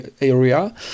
area